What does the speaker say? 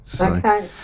Okay